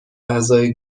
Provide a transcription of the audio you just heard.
اعضای